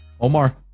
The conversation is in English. Omar